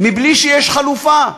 בלי שיש חלופה.